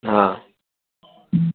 ہاں